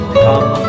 come